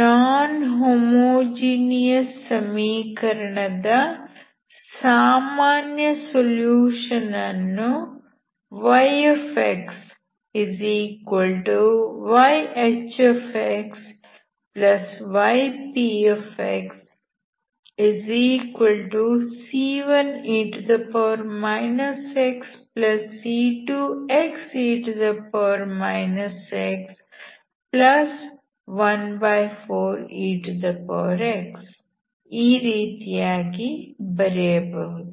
ನಾನ್ homogeneous ಸಮೀಕರಣದ ಸಾಮಾನ್ಯ solution ಅನ್ನು yxyHxypxc1e xc2xe x14ex ಈ ರೀತಿಯಾಗಿ ಬರೆಯಬಹುದು